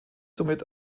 somit